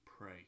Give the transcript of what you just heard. pray